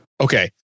Okay